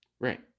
Right